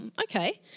okay